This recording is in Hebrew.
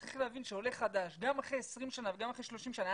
צריך להבין שעולה חדש גם אחרי 20 שנה וגם אחרי 30 שנה,